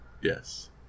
Yes